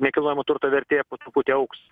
nekilnojamo turto vertė po truputį augs